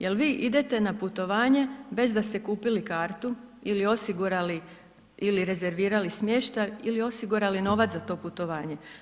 Jel vi idete na putovanje bez da ste kupili kartu ili osigurali ili rezervirali smještaj ili osigurali novac za to putovanje?